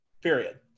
Period